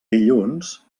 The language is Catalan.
dilluns